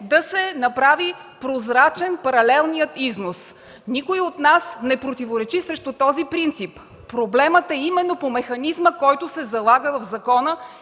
да се направи прозрачен паралелният износ. Никой от нас не противоречи на този принцип. Проблемът е именно по механизма, който се залага в закона,